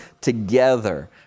together